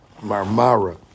Marmara